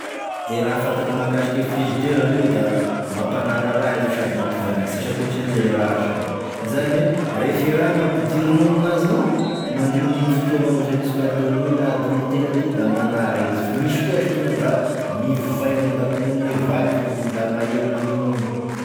E raha fantako mahakasiky e frizidera aloha da mampanara raha izy io sady mampivaingana sisy akôtrin'izay zany e raha asany, zany oe refa i raha gn'ampidirinao amin'azy gnao, ka mandignindigny fotoagna anao zany izy ko adiny roy na adin'ny telo aty da manara izy, fa misy koa zasy tonga da mivangana da akô gn'ane vato io gn'aniny da mahery magninognino.